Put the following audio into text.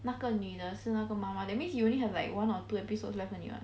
那个女的是那个妈妈 that means you only have like one or two episodes left only [what]